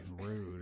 Rude